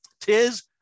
Tis